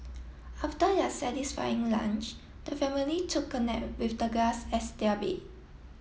after their satisfying lunch the family took a nap with the grass as their bed